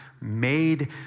made